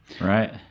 right